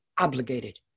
obligated